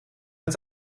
met